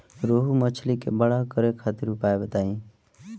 रोहु मछली के बड़ा करे खातिर उपाय बताईं?